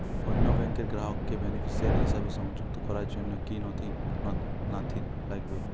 অন্য ব্যাংকের গ্রাহককে বেনিফিসিয়ারি হিসেবে সংযুক্ত করার জন্য কী কী নথি লাগবে?